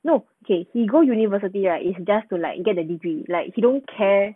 no okay he go university right it's just to like you get a degree like he don't care